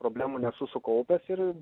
problemų nesu sukaupęs ir